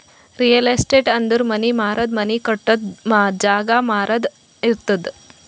real estate ಅಂದುರ್ ಮನಿ ಮಾರದು, ಮನಿ ಕಟ್ಟದು, ಜಾಗ ಮಾರಾದು ಇರ್ತುದ್